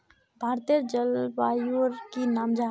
भारतेर जलवायुर की नाम जाहा?